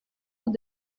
tout